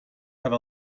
have